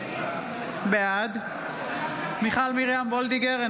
בעד מיכל מרים וולדיגר,